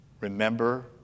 remember